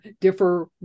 differ